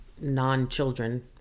non-children